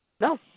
No